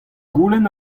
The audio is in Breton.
goulenn